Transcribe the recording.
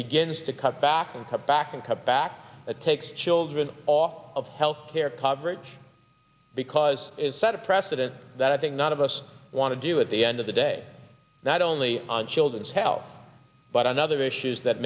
begins to cut back and cut back and cut back the takes children all of health care coverage because it's set a precedent that i think none of us want to do at the end of the day not only on children's health but on other issues that